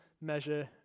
measure